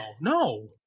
No